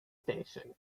station